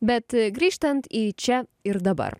bet grįžtant į čia ir dabar